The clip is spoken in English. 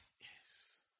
Yes